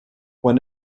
when